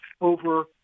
over